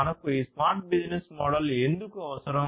మనకు ఈ smart business model ఎందుకు అవసరం